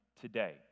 today